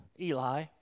Eli